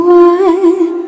one